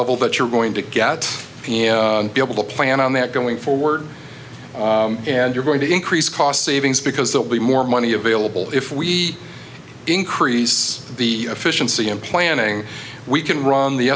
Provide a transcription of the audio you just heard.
level that you're going to get be able to plan on that going forward and you're going to increase cost savings because they'll be more money available if we increase the efficiency in planning we can run the